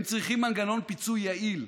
הם צריכים מנגנון פיצוי יעיל,